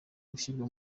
gushyirwa